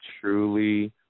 truly